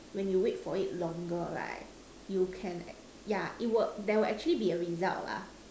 when you wait for it longer right you can yeah it work there will actually be a result lah